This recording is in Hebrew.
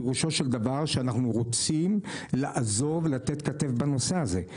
פירושו של דבר שאנחנו רוצים לעזור ולתת כתף בנושא הזה.